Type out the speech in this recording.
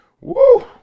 Woo